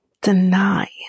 deny